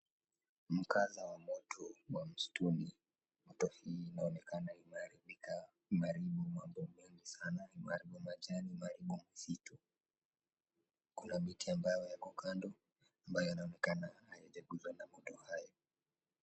Mkasa wa moto wa msituni, moto hii inaonekana imeharibu mambo mengi sana, imehribu majani, imeharibu msitu, kuna miti ambayo yako kando ambayo yaonekana hayajaguzwa na moto hayo.